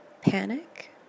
panic